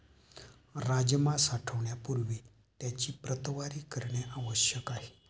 राजमा साठवण्यापूर्वी त्याची प्रतवारी करणे आवश्यक आहे